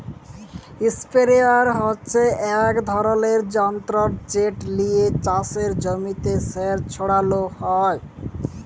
ইসপেরেয়ার হচ্যে এক ধরলের যন্তর যেট লিয়ে চাসের জমিতে সার ছড়ালো হয়